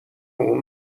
اون